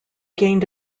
gained